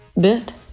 bit